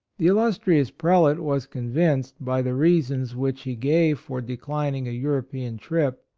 the illustrious prelate was convinced by the reasons which he gave for declining a european trip,